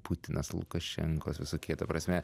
putinas lukašenkos visokie ta prasme